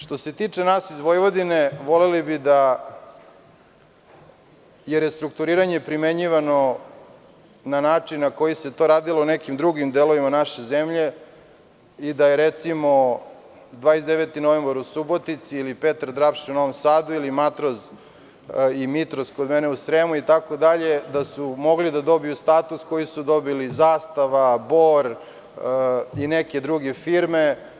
Što se tiče nas iz Vojvodine, strukturiranje je primenjivo na način na koji se to radilo u nekim drugim delovima naše zemlje i da su, recimo, „29. novembar“ u Subotici, „Petar Drapšin“ u Novom Sadu ili „Matroz“ i MITROS kod mene u Sremu itd, mogli da dobiju status koji su dobili „Zastava“, Bor i neke druge firme.